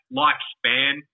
lifespan